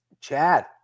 Chad